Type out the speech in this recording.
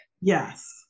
Yes